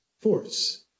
force